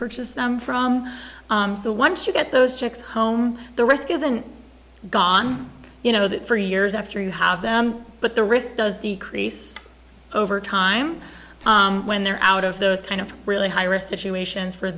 purchase them from so once you get those checks home the risk isn't gone you know that for years after you have them but the risk does decrease over time when they're out of those kind of really high risk situations for